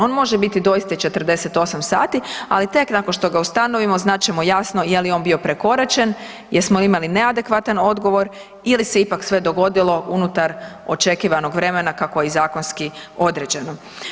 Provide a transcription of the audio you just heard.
On može biti doista i 48 sati, ali tek nakon što ga ustanovimo znat ćemo jasno je li on bio prekoračen, jesmo li imali neadekvatan odgovor ili se ipak sve dogodilo unutar očekivanog vremena kako je i zakonski određeno.